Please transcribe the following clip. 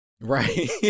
right